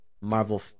Marvel